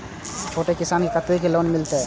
छोट किसान के कतेक लोन मिलते?